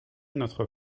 notre